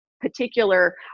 particular